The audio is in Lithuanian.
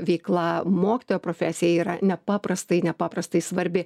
veikla mokytojo profesija yra nepaprastai nepaprastai svarbi